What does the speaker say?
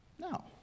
No